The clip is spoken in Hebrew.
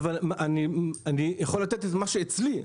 אני יכול לתת למה שיש אצלי,